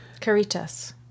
Caritas